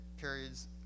periods